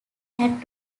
had